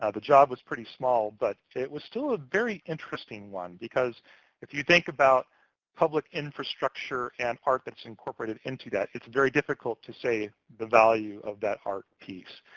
ah the job was pretty small, but it was still a very interesting one. because if you think about public infrastructure and art that's incorporated into that, it's very difficult to say the value of that art piece.